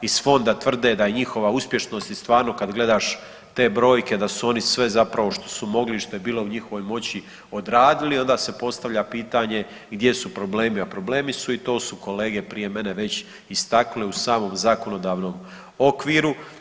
Iz fonda tvrde da je njihova uspješnost i stvarno kad gledaš te brojke da su oni sve zapravo što su mogli i što je bilo u njihovoj moći odradili, onda se postavlja pitanje gdje su problemi, a problemi su i to su kolege prije mene već istakli u samom zakonodavnom okviru.